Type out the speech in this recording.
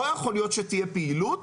לא יכול להיות שתהיה פעילות